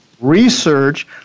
research